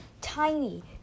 tiny